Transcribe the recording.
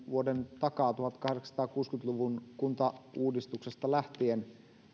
vuoden takaa tuhatkahdeksansataakuusikymmentä luvun kuntauudistuksesta lähtien